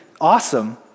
awesome